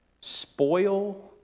spoil